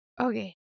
Okay